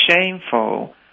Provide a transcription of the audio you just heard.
shameful